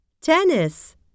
tennis